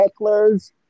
hecklers